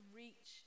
reach